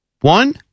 One